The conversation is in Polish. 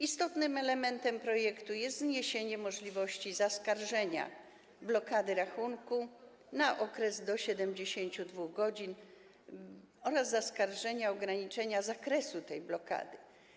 Istotnym elementem projektu jest zniesienie możliwości zaskarżenia blokady rachunku na okres do 72 godzin oraz zaskarżenia ograniczenia zakresu tej blokady.